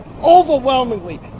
overwhelmingly